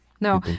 No